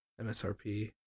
MSRP